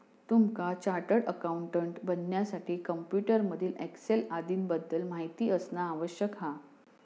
तुमका chartered accountant बनण्यासाठी computer मधील एक्सेल आदीं बद्दल माहिती असना आवश्यक हा